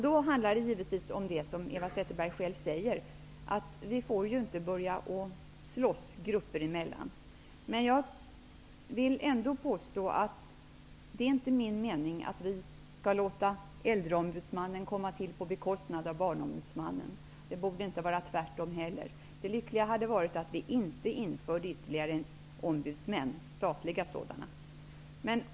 Det handlar givetvis om det som Eva Zetterberg själv säger, dvs. att vi inte får börja slåss grupper emellan. Jag vill ändå påstå att det inte är min mening att vi skall låta äldreombudsmannen komma till på bekostnad av barnombudsmannen -- det borde inte vara tvärtom heller. Det lyckliga vore att vi inte införde ytterligare statliga ombudsmän.